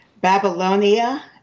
babylonia